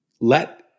let